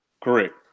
Correct